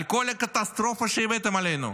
על כל הקטסטרופה שהבאתם עלינו.